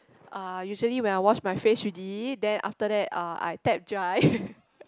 uh usually when I wash my face already then after that uh I tap dry